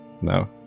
no